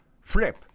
Flip